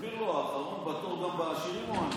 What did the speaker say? תסביר לו שהאחרון בתור גם בעשירים הוא עני.